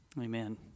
Amen